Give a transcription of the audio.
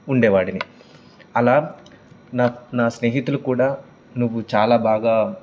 ఉండేవాడిని అలా నా నా స్నేహితులు కూడా నువ్వు చాలా బాగా